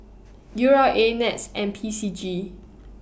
U R A Nets and P C G